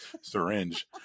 syringe